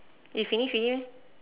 you finish already meh